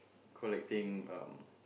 collecting um